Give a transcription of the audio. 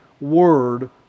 Word